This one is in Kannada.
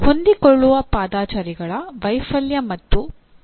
ಹೊಂದಿಕೊಳ್ಳುವ ಪಾದಚಾರಿಗಳ ವೈಫಲ್ಯ ಮತ್ತು ಪರಿಹಾರ ಕ್ರಮಗಳನ್ನು ವಿವರಿಸಿ